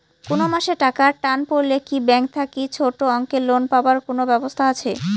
কুনো মাসে টাকার টান পড়লে কি ব্যাংক থাকি ছোটো অঙ্কের লোন পাবার কুনো ব্যাবস্থা আছে?